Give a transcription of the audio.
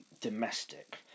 domestic